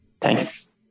Thanks